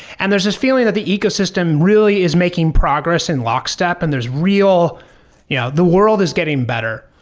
and there's this feeling that the ecosystem really is making progress in lockstep and there's real yeah the world is getting better.